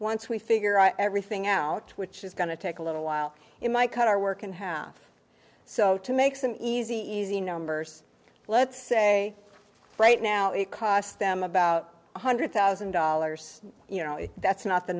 once we figure out everything out which is going to take a little while it might cut our work in half so to make some easy easy numbers let's say right now it costs them about one hundred thousand dollars you know that's not the